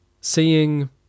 seeing